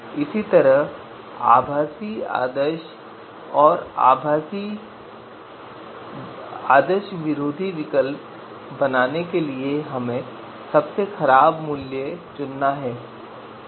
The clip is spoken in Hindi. इसी तरह आभासी आदर्श विरोधी विकल्प बनाने के लिए हमें सबसे खराब मूल्य चुनना होगा